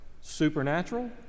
Supernatural